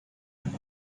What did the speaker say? and